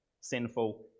sinful